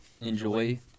enjoy